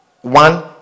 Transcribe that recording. one